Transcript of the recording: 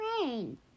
Rain